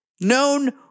known